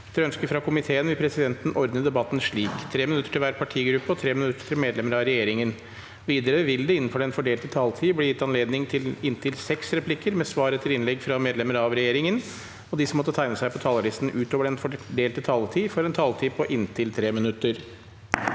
ønske fra næringsko- miteen vil presidenten ordne debatten slik: 3 minutter til hver partigruppe og 3 minutter til medlemmer av regjeringen. Videre vil det – innenfor den fordelte taletid – bli gitt anledning til inntil seks replikker med svar etter innlegg fra medlemmer av regjeringen, og de som måtte tegne seg på talerlisten utover den fordelte taletid, får også en taletid på inntil 3 minutter.